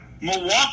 Milwaukee